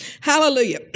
hallelujah